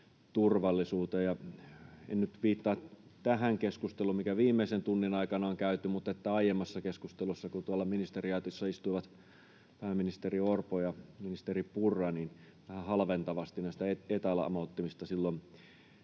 nyt viittaa tähän keskusteluun, mikä viimeisen tunnin aikana on käyty, mutta aiemmassa keskustelussa, kun tuolla ministeriaitiossa istuivat pääministeri Orpo ja ministeri Purra, vähän halventavasti näistä etälamauttimista silloin